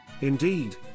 Indeed